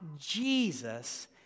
Jesus